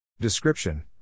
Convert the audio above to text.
Description